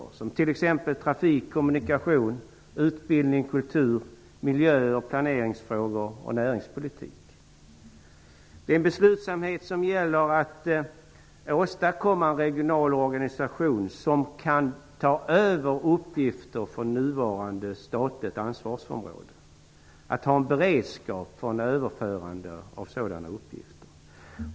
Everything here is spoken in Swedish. Det gäller t.ex. trafik, kommunikation, utbildning, kultur, miljö och planeringsfrågor och näringspolitik. Det är en beslutsamhet som gäller att åstadkomma en regional organisation som kan ta över uppgifter från nuvarande statligt ansvarsområde. Det gäller att ha en beredskap för överförande av sådana uppgifter.